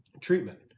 treatment